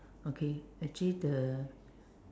okay actually the